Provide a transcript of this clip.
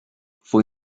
fue